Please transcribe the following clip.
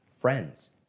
friends